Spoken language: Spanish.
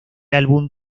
álbum